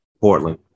Portland